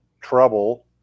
trouble